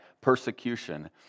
persecution